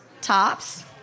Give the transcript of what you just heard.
tops